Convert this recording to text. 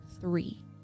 three